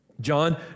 John